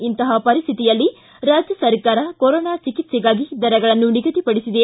ಇಂತಹ ಪರಿಸ್ಟಿತಿಯಲ್ಲಿ ರಾಜ್ಯ ಸರ್ಕಾರ ಕೊರೋನಾ ಚಿಕಿತ್ಸೆಗಾಗಿ ದರಗಳನ್ನು ನಿಗದಿಪಡಿಸಿದೆ